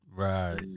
Right